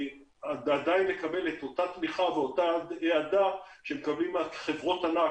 עדיין לקבל את אותה תמיכה ואותה אהדה שמקבלות חברות ענק,